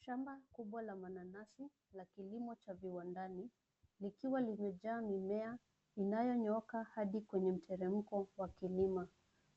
Shamba kubwa la mananasi na kilimo cha viwandani. likiwa limejaa mimea inayonyooka hadi kwenye mteremko wa kilima.